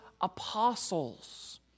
apostles